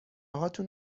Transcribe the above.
هاتون